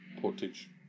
Portage